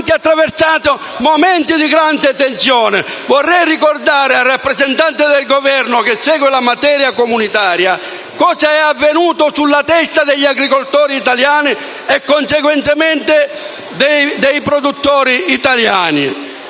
attraversato momenti di grande tensione. Vorrei ricordare al rappresentante del Governo che segue la materia comunitaria cosa è avvenuto sulla testa degli agricoltori italiani e, conseguentemente, dei produttori italiani.